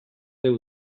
there